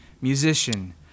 musician